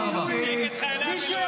שתדעו שמי שמצביע כאן נגד,